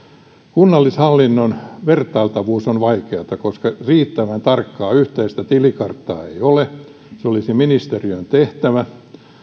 kunnallishallinnon vertailtavuus on vaikeata koska riittävän tarkkaa yhteistä tilikarttaa ei ole se olisi ministeriön tehtävä